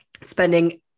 spending